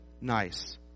nice